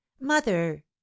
Mother